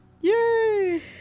Yay